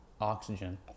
oxygen